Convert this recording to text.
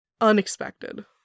Unexpected